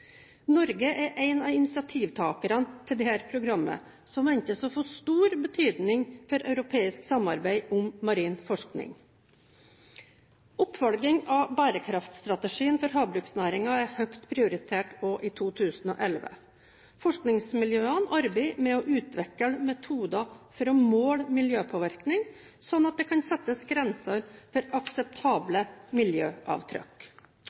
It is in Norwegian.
Norge er en av initiativtakerne til dette programmet, som ventes å få stor betydning for europeisk samarbeid om marin forskning. Oppfølging av bærekraftstrategien for havbruksnæringen er høyt prioritert i 2011. Forskningsmiljøene arbeider med å utvikle metoder for å måle miljøpåvirkning, slik at det kan settes grenser for